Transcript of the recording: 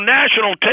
national